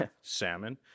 Salmon